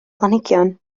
planhigion